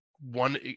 one